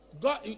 God